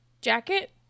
jacket